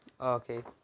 okay